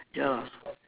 ya